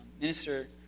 minister